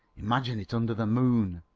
imagine it under the moon!